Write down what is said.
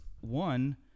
One